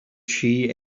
she